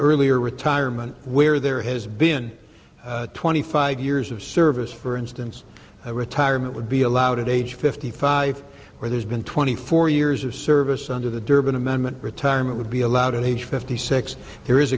earlier retirement where there has been twenty five years of service for instance a retirement would be allowed at age fifty five where there's been twenty four years of service under the durbin amendment retirement would be allowed at age fifty six there is